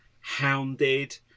hounded